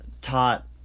taught